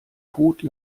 code